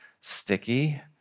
sticky